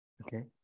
Okay